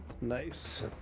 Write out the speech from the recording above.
Nice